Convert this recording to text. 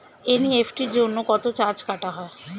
NEFT জন্য কত charge কাটা হয়?